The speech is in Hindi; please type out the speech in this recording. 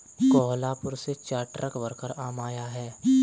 कोहलापुर से चार ट्रक भरकर आम आया है